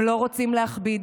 הם לא רוצים להכביד.